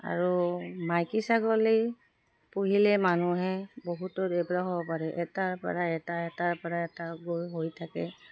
আৰু মাইকী ছাগলী পুহিলে মানুহে বহুতো এটাৰ পৰা এটা এটাৰ পৰা এটা গৈ হৈ থাকে